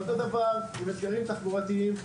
ואותו דבר עם אתגרים תחבורתיים,